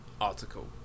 article